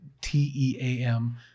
T-E-A-M